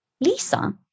Lisa